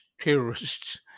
terrorists